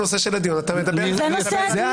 -- בנושא של הדיון, אתה מדבר -- זה נושא הדיון.